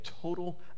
total